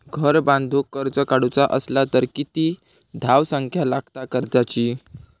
घर बांधूक कर्ज काढूचा असला तर किती धावसंख्या लागता कर्जाची?